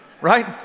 right